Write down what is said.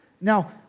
Now